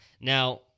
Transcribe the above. Now